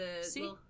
See